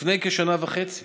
לפני כשנה וחצי